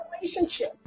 relationship